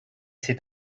c’est